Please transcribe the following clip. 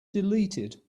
deleted